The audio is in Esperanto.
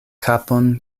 kapon